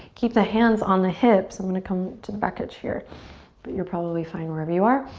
keep the hands on the hips. i'm going to come to the back edge here but you're probably fine wherever you are.